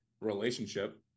relationship